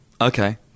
Okay